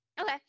Okay